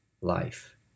life